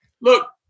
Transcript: Look